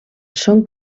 són